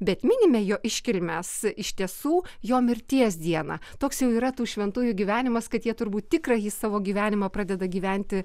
bet minime jo iškilmes iš tiesų jo mirties dieną toks jau yra tų šventųjų gyvenimas kad jie turbūt tikrąjį savo gyvenimą pradeda gyventi